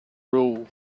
rule